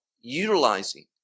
utilizing